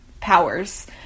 powers